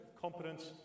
competence